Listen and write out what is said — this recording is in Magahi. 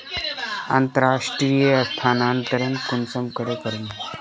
अंतर्राष्टीय स्थानंतरण कुंसम करे करूम?